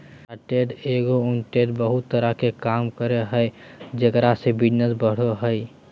chartered accountant बहुत तरह के काम करो हइ जेकरा से बिजनस बढ़ो हइ